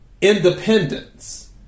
independence